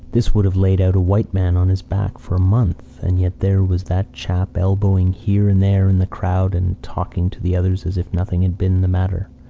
this would have laid out a white man on his back for a month and yet there was that chap elbowing here and there in the crowd and talking to the others as if nothing had been the matter.